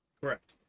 Correct